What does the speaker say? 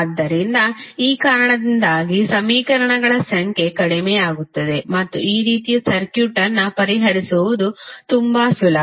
ಆದ್ದರಿಂದ ಈ ಕಾರಣದಿಂದಾಗಿ ಸಮೀಕರಣಗಳ ಸಂಖ್ಯೆ ಕಡಿಮೆಯಾಗುತ್ತದೆ ಮತ್ತು ಈ ರೀತಿಯ ಸರ್ಕ್ಯೂಟ್ ಅನ್ನು ಪರಿಹರಿಸುವುದು ತುಂಬಾ ಸುಲಭ